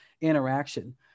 interaction